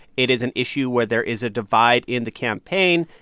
it is an issue where there is a divide in the campaign.